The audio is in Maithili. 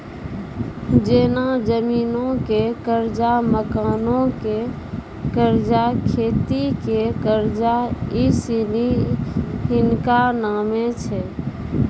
जेना जमीनो के कर्जा, मकानो के कर्जा, खेती के कर्जा इ सिनी हिनका नामे छै